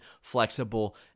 flexible